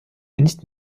nicht